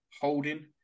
Holding